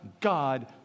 God